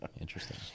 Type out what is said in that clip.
Interesting